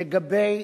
לגבי